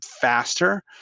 faster